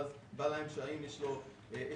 ואז רואים אם יש לו זכאות,